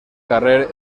carrer